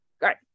Great